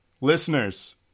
Listeners